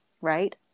Right